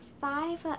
five